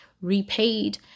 repaid